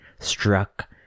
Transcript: struck